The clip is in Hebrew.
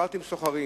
דיברתי עם סוחרים.